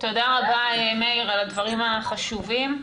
תודה רבה, מאיר, על הדברים החשובים.